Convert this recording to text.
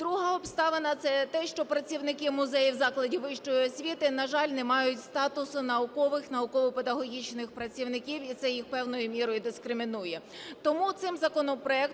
Друга обставина – це те, що працівники музеїв закладів вищої освіти, на жаль, не мають статусу наукових, науково-педагогічних працівників, і це їх певною мірою дискримінує. Тому цим законопроектом